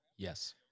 Yes